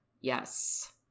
Yes